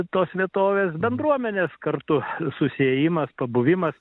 tos vietovės bendruomenės kartu susiėjimas pabuvimas